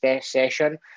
session